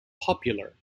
popular